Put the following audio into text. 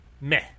meh